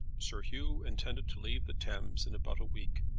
sir hugh intended to leave the thames in about a week,